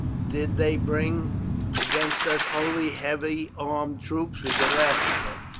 did they bring against us only heavy armed troops we could laugh at them,